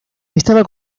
estaba